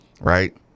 right